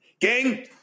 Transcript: Gang